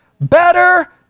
better